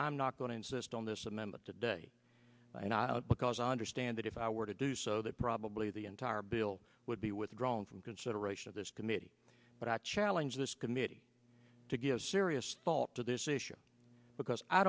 i'm not going to insist on this amendment today and i don't because i understand that if i were to do so that probably the entire bill would be withdrawn from consideration of this committee but i challenge this committee to give serious thought to this issue because i